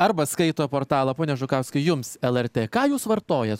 arba skaito portalą pone žukauskai jums lrt ką jūs vartojat